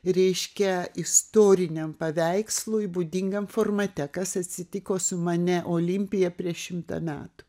reiškia istoriniam paveikslui būdingam formate kas atsitiko su mone olimpija prieš šimtą metų